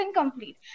incomplete